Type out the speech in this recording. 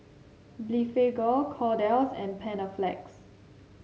Blephagel Kordel's and Panaflex